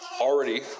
already